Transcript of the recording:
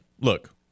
look